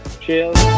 cheers